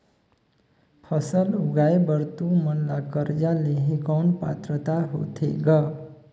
फसल उगाय बर तू मन ला कर्जा लेहे कौन पात्रता होथे ग?